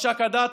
מש"ק הדת,